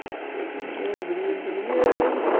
so zooming in, zooming in, zooming in,